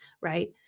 right